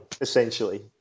essentially